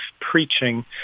preaching—